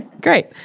Great